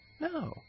No